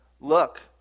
look